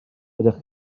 ydych